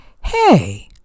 Hey